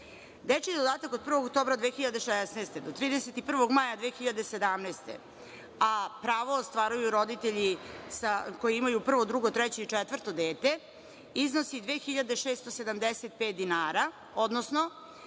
dodatak od 1. oktobra 2016. godine do 31. maja 2017. godine, a pravo ostvaruju roditelji koji imaju prvo, drugo, treće i četvrto dete, iznosi 2.675 dinara, odnosno